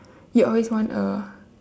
you always want a